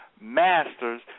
masters